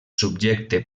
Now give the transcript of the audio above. subjecte